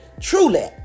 truly